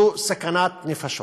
זו סכנת נפשות.